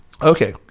Okay